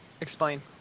Explain